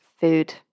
food